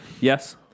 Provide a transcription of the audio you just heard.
Yes